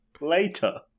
later